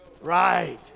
right